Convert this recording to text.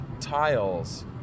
tiles